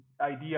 idea